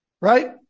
right